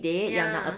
ya